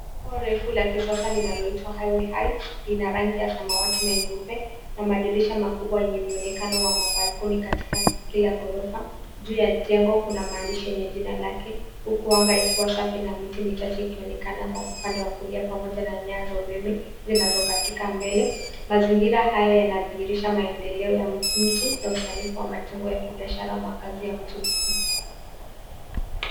Jengo refu la kisasa linaloitwa Highway Heights , lina rangi ya samawati na nyeupe, na madirisha makubwa yenye mionekano wa mabalkoni katika kila ghorofa. Juu ya jengo kuna maandishi yenye jina lake, huku anga ikiwa safi na miti michache ikionekana kwa upande wa kulia pamoja na nyaya za umeme, zinazo katika mbele. Mazingira haya yanadhihirisha maendeleo ya mji, na usanifu wa majengo ya kibiashara au makazi ya mji mkuu.